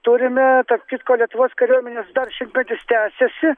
turime tarp kitko lietuvos kariuomenės dar šimtmetis tęsiasi